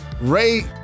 Ray